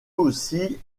aussi